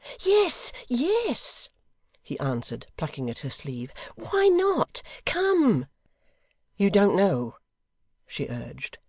yes, yes he answered, plucking at her sleeve. why not? come you don't know she urged,